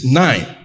nine